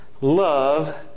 love